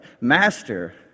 master